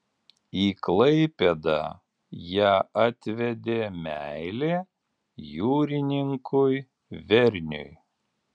į klaipėdą ją atvedė meilė jūrininkui verniui